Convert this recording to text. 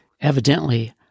Evidently